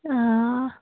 آ